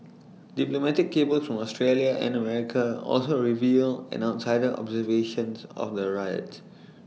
diplomatic cables from Australia and America also revealed an outsider's observation of the riots